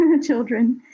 children